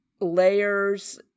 layers